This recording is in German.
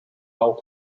auch